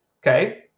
Okay